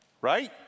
right